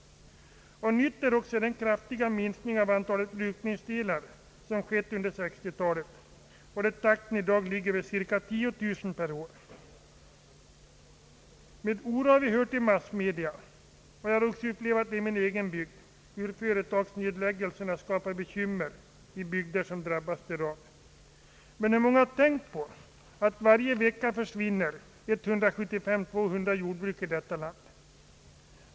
Och nytt är också den kraftiga minskning av antalet brukningsdelar som skett under 1960-talet, där takten i dag ligger vid cirka 10 000 per år. Med oro har vi hört i massmedia — och jag har självt upplevt det i min egen bygd — hur företagsnedläggelserna skapar bekymmer i bygder som drabbas därav. Men hur många har tänkt på att varje vecka försvinner 175 å 200 jordbruk i detta land?